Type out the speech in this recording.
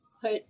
put